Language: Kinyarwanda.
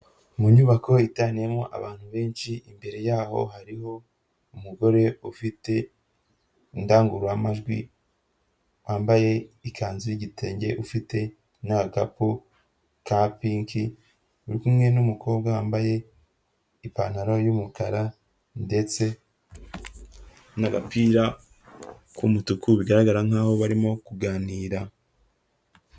Mu nyubako iteraniyemo abantu benshi, imbere y'aho hariho umugore ufite indangururamajwi, wambaye ikanzu y'igitenge, ufite n'agakapu ka pinki, uri kumwe n'umukobwa wambaye ipantaro y'umukara ndetse n'agapira k'umutuku bigaragara nk'aho barimo kuganira.